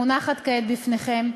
המונחת כעת בפניכם,